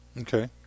Okay